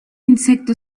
insecto